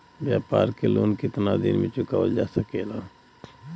व्यापार के लोन कितना दिन मे चुकावल जा सकेला?